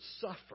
suffer